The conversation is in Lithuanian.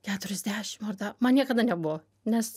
keturiasdešim ar ta man niekada nebuvo nes